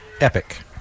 epic